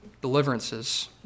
deliverances